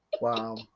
wow